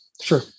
Sure